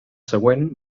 següent